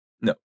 no